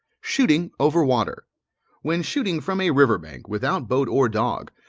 shooting over water when shooting from a river-bank without boat or dog,